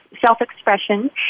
self-expression